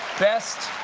best